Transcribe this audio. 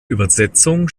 übersetzung